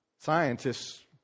scientists